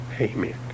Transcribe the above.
Amen